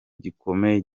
gikomeye